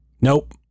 Nope